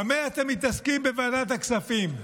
במה אתם מתעסקים בוועדת הכספים?